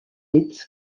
its